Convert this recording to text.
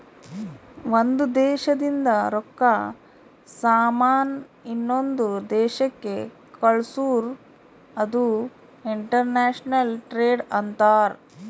ಒಂದ್ ದೇಶದಿಂದ್ ರೊಕ್ಕಾ, ಸಾಮಾನ್ ಇನ್ನೊಂದು ದೇಶಕ್ ಕಳ್ಸುರ್ ಅದು ಇಂಟರ್ನ್ಯಾಷನಲ್ ಟ್ರೇಡ್ ಅಂತಾರ್